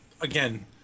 again